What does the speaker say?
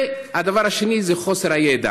והדבר השני זה חוסר הידע.